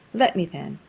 let me then.